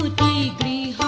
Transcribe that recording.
be the